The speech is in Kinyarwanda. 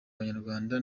abanyarwanda